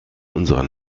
unserer